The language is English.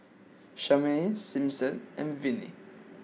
Charmaine Simpson and Viney